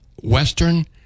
Western